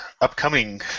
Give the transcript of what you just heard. upcoming